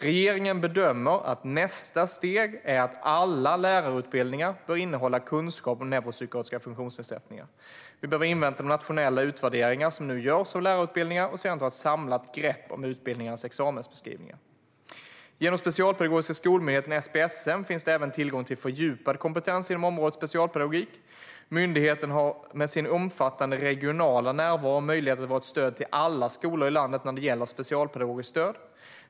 Regeringen bedömer att nästa steg är att alla lärarutbildningar bör innehålla kunskap om neuropsykiatriska funktionsnedsättningar. Men vi behöver invänta de nationella utvärderingar som nu görs av lärarutbildningarna och sedan ta ett samlat grepp om utbildningarnas examensbeskrivningar. Genom Specialpedagogiska skolmyndigheten, SPSM, finns det även tillgång till fördjupad kompetens inom området specialpedagogik. Myndigheten har med sin omfattande regionala närvaro möjlighet att vara ett stöd till alla skolor i landet när det gäller specialpedagogiskt stöd.